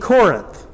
Corinth